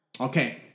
Okay